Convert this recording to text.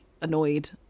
annoyed